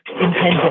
intended